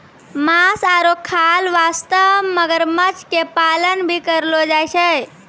मांस आरो खाल वास्तॅ मगरमच्छ के पालन भी करलो जाय छै